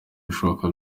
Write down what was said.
ibishoboka